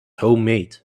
homemade